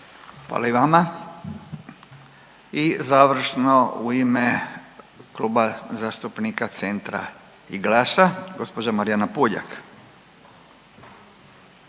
Hvala i vama. I završno u ime Kluba zastupnika Centra i GLAS-a gospođa Marijana Puljak.